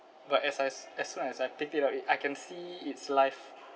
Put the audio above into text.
but as I s~ as soon as I picked it up it I can see its life